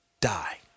die